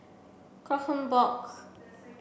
Kronenbourg